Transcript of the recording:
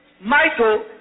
Michael